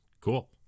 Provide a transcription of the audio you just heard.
Cool